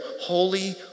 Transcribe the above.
holy